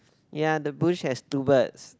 ya the bush has two birds